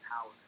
power